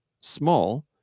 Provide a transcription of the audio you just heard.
small